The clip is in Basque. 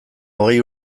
hogei